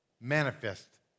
manifest